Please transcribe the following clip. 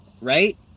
right